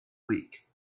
week